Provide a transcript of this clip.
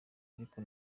ariko